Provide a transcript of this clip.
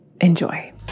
Enjoy